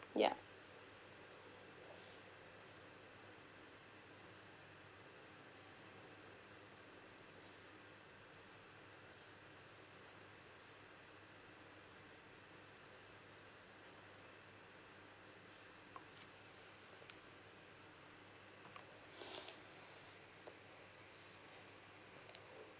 yup